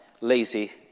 lazy